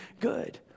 good